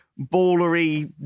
ballery